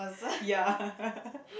ya